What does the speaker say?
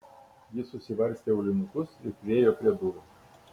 ji susivarstė aulinukus ir priėjo prie durų